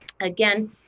again